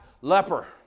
leper